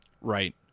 Right